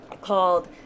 called